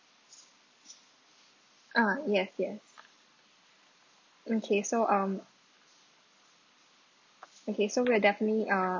ah yes yes okay so um okay so we're definitely uh